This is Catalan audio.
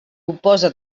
oposa